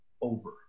over